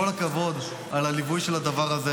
כל הכבוד על הליווי של הדבר הזה.